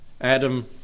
Adam